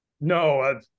No